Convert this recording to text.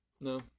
No